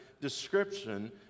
description